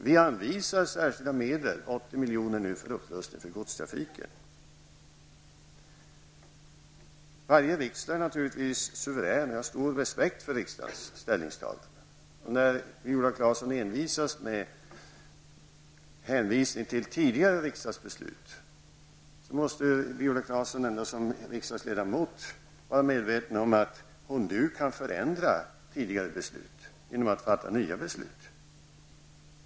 Vi anvisar särskilda medel, 80 milj.kr., för upprustning av godstrafiken. Varje riksdag är naturligtvis suverän. Jag har stor respekt för riksdagens ställningstaganden. När Viola Claesson envisas med att hänvisa till tidigare riksdagsbeslut, måste Viola Claesson som riksdagsledamot ändå vara medveten om att hon nu kan förändra tidigare beslut genom att fatta nya beslut.